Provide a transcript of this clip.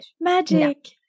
magic